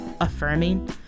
affirming